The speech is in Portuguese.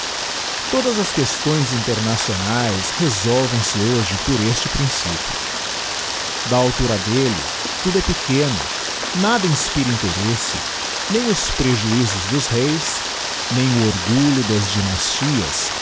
todas as questões internacionaes resolvem se hoje por este principio da altura delle tudo é pequeno nada inspira interesse nem os prejuízos dos reis nem o orgulho das dynastias